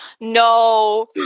No